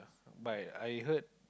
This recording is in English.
but I heard